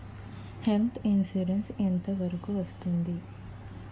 Health insurance ఎంత వరకు వస్తుంది?